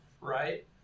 right